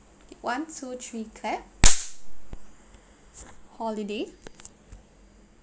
okay one two three clap holiday